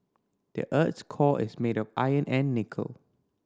the earth's core is made of iron and nickel